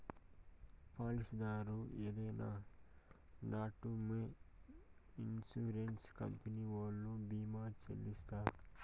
పాలసీదారు ఏదైనా నట్పూమొ ఇన్సూరెన్స్ కంపెనీ ఓల్లు భీమా చెల్లిత్తారు